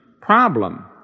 problem